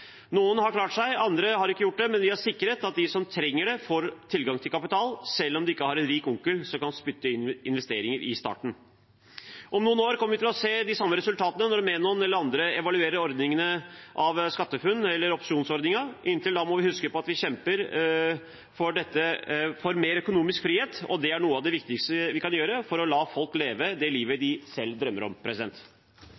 Noen har klart seg, andre har ikke gjort det, men vi har sikret at de som trenger det, får tilgang til kapital selv om de ikke har en rik onkel som kan spytte inn investeringer i starten. Om noen år kommer vi til å se de samme resultatene når Menon eller andre evaluerer SkatteFUNN-ordningen eller opsjonsordningen. Inntil da må vi huske på at vi kjemper for mer økonomisk frihet, og det er noe av det viktigste vi kan gjøre for å la folk leve det livet